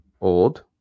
Old